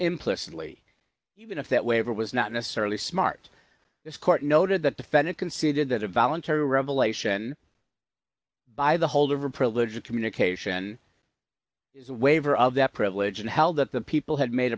implicitly even if that waiver was not necessarily smart this court noted that defendant conceded that a voluntary revelation by the holder of a privilege of communication is a waiver of that privilege and held that the people had made a